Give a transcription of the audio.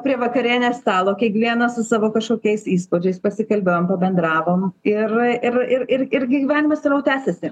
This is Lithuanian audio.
prie vakarienės stalo kiekvienas su savo kažkokiais įspūdžiais pasikalbėjom pabendravom ir ir ir ir ir gyvenimas toliau tęsiasi